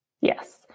Yes